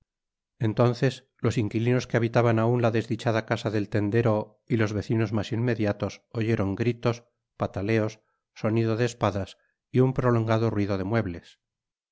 entonces los inquilinos que habitaban aun la desdichada casa del tendero y los vecinos mas inmediatos oyeron gritos patateos sonido de espadas y un prolongado ruido de muebles